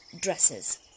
dresses